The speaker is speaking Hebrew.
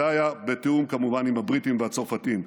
זה היה בתיאום, כמובן, עם הבריטים והצרפתים.